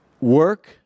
work